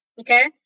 Okay